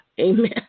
Amen